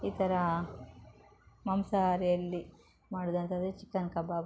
ಈ ಥರ ಮಾಂಸಾಹಾರಿಯಲ್ಲಿ ಮಾಡುದಂತಂದರೆ ಚಿಕನ್ ಕಬಾಬ್